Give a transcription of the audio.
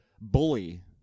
bully